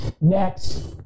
Next